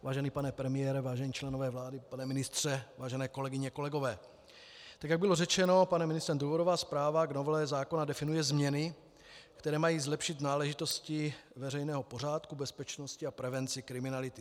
Vážený pane premiére, vážení členové vlády, pane ministře, vážené kolegyně, kolegové, tak jak bylo řečeno panem ministrem, důvodová zpráva k novele zákona definuje změny, které mají zlepšit náležitosti veřejného pořádku, bezpečnosti a prevenci kriminality.